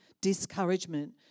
discouragement